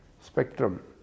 spectrum